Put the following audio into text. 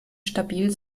stabil